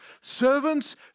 Servants